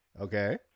Okay